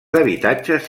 habitatges